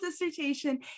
dissertation